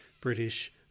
British